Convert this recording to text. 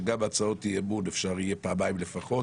שגם הצעות אי-אמון אפשר יהיה פעמיים לפחות